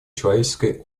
человеческой